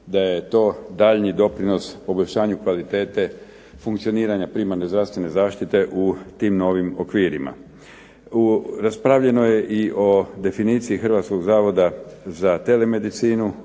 da je to daljnji doprinos poboljšanju kvalitete funkcioniranja primarne zdravstvene zaštite u tim novim okvirima. Raspravljeno je i o definiciji Hrvatskog zavoda za telemedicinu,